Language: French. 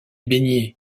baignée